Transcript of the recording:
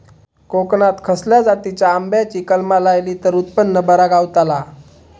कोकणात खसल्या जातीच्या आंब्याची कलमा लायली तर उत्पन बरा गावताला?